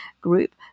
group